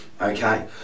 okay